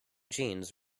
jeans